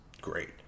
great